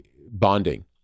bonding